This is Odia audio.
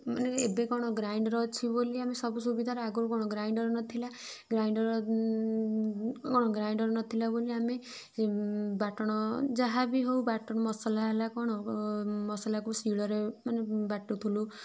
ମାନେ ଏବେ କଣ ଗ୍ରାଇଣ୍ଡର୍ ଅଛି ବୋଲି ଆମେ ସବୁ ସୁବିଧା ଆଗରୁ କଣ ଗ୍ରାଇଣ୍ଡର୍ ନଥିଲା ଗ୍ରାଇଣ୍ଡର୍ କଣ ଗ୍ରାଇଣ୍ଡର୍ ନଥିଲା ବୋଲି ଆମେ ବାଟଣ ଯାହା ବି ହେଉ ବାଟଣ ମସଲା ହେଲା କଣ ମସଲାକୁ ଶିଳରେ ମାନେ ବାଟୁଥିଲୁ